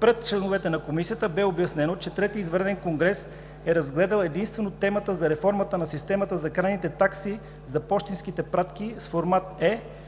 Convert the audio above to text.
Пред членовете на Комисията бе обяснено, че третият извънреден конгрес е разгледал единствено темата за реформата на системата за крайните такси за пощенските пратки с формат Е,